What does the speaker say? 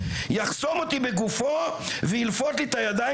יחסום אותי בגופו וילפות לי את הידיים